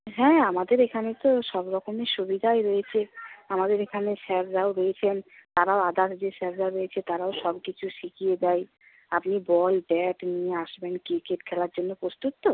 হ্যাঁ আমাদের এখানে তো সব রকমই সুবিধাই রয়েছে আমাদের এখানে স্যাররাও রয়েছেন আরও আদার্স যে স্যাররা রয়েছে তারাও সব কিছু শিখিয়ে দেয় আপনি বল ব্যাট নিয়ে আসবেন ক্রিকেট খেলার জন্য প্রস্তুত তো